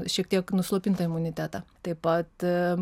šiek tiek nuslopintą imunitetą taip pat